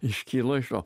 iškilo iš jo